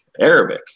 arabic